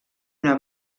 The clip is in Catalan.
una